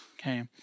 okay